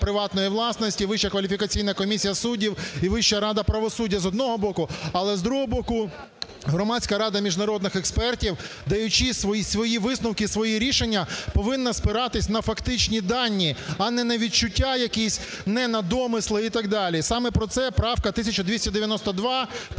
Вища кваліфікаційна комісія суддів і Вища рада правосуддя, з одного боку. Але, з другого боку, Громадська рада міжнародних експертів, даючи свої висновки, свої рішення, повинна спиратись на фактичні дані, а не відчуття якісь, не на домисли і так далі. Саме про це правка 1292.